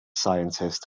scientist